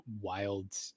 wild